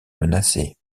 menacée